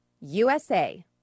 USA